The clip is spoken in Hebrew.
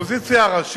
תלוי באיזו אופוזיציה.